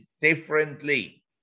differently